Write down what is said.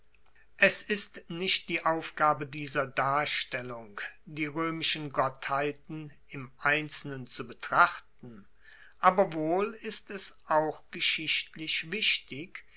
es ist nicht die aufgabe dieser darstellung die roemischen gottheiten im einzelnen zu betrachten aber wohl ist es auch geschichtlich wichtig